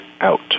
out